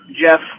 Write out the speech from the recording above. Jeff